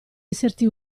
esserti